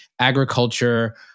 agriculture